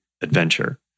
adventure